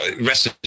rest